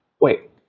wait